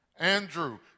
Andrew